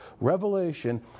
revelation